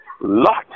Lot